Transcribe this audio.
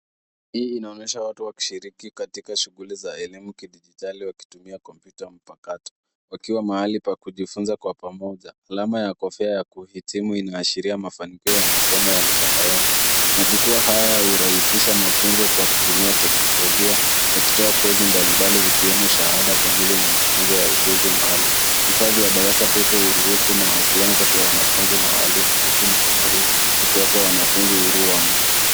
Hii inaonyesha watu wakishiriki katika shughuli za elimu kidigitali wakitumia kompyuta mpakato wakiwa mahali pa kujifunza kwa pamoja. Alama ya kofia ya kuhitimu inaashiria mafanikio ya masomo ya mtandaoni. Majukwaa haya hurahisisha mafunzo kwa kutumia teknolojia, yakitoa kosi mbalimbali zikiwemo shahada kamili na mafunzo ya ujuzi maalum. Vifaa vya darasa pepe huruhusu mawasiliano kati ya wanafunzi na walimu huku mfumo huu ukiwapa wanafunzi uhuru waamue.